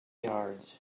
yards